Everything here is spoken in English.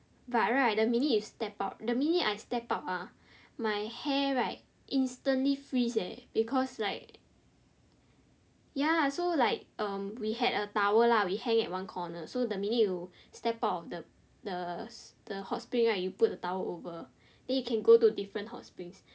but right the minute you step out the minute I step out ah my hair right instantly freeze leh because like ya so like um we had a towel lah we hang at one corner so the minute you step out of the the the hot spring right you put the tower over then you can go to different hot springs